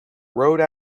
rode